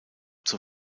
zur